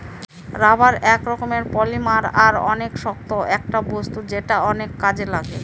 rubber এক রকমের polymer আর অনেক শক্ত একটা বস্তু যেটা অনেক কাজে লাগে